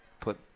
put